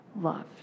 loved